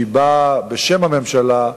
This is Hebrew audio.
שבאה בשם הממשלה,